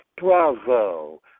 Bravo